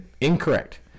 Incorrect